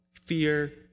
fear